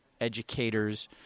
educators